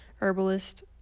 herbalist